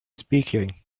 speaking